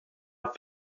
not